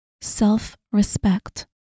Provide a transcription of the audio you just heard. self-respect